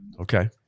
Okay